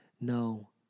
No